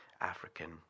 African